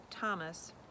Thomas